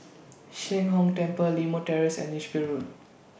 Sheng Hong Temple Limau Terrace and Lichfield Road